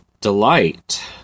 delight